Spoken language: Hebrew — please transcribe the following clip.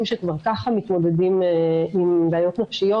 שכבר ככה מתמודדים עם בעיות נפשיות,